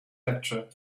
lecture